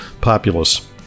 populace